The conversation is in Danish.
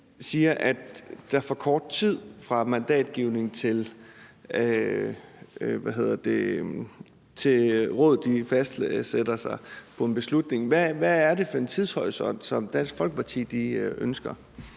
siger, at der er for kort tid fra mandatgivning, til Rådet lægger sig fast på en beslutning. Hvad er det for en tidshorisont, som Dansk